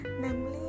namely